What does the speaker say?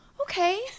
okay